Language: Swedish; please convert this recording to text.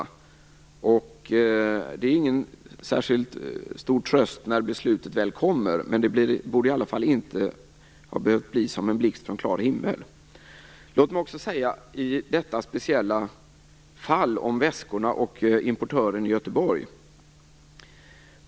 Det är ingen stor tröst när beslutet väl kommer, men det borde i alla fall inte ha kommit som en blixt från klar himmel. Låt mig också säga en sak till apropå detta speciella fall med väskorna och importören i Göteborg.